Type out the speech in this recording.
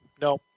No